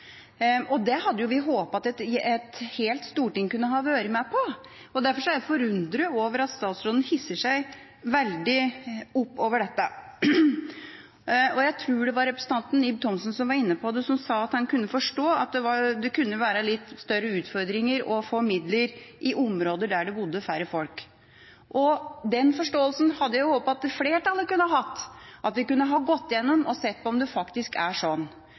landet. Det hadde vi håpet at hele Stortinget kunne vært med på, og derfor er jeg forundret over at statsråden hisser seg veldig opp over dette. Jeg tror det var representanten Ib Thomsen som var inne på det, og som sa at han kunne forstå at det kunne være litt større utfordringer å få midler i områder der det bor færre folk. Den forståelsen hadde jeg håpet at flertallet kunne hatt, og at vi kunne ha gått gjennom saken og sett på om det faktisk er sånn.